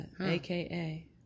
aka